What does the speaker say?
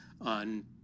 on